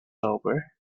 over